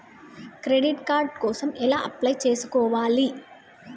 Credit card కోసం ఎలా apply చేసుకోవాలి?